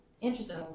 Interesting